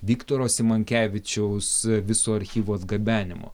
viktoro simonkevičiaus viso archyvo atgabenimo